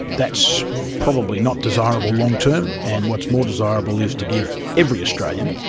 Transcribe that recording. that's probably not desirable long-term, and what's more desirable is to give every australian,